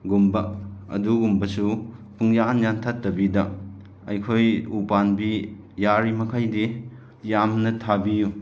ꯒꯨꯝꯕ ꯑꯗꯨꯒꯨꯝꯕꯁꯨ ꯄꯨꯡꯌꯥꯟ ꯌꯥꯟꯊꯠꯇꯕꯤꯗ ꯑꯩꯈꯣꯏ ꯎ ꯄꯥꯝꯕꯤ ꯌꯥꯔꯤ ꯃꯈꯩꯗꯤ ꯌꯥꯝꯅ ꯊꯥꯕꯤꯌꯨ